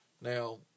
Now